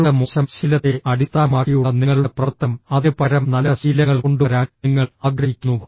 നിങ്ങളുടെ മോശം ശീലത്തെ അടിസ്ഥാനമാക്കിയുള്ള നിങ്ങളുടെ പ്രവർത്തനം അതിനു പകരം നല്ല ശീലങ്ങൾ കൊണ്ടുവരാൻ നിങ്ങൾ ആഗ്രഹിക്കുന്നു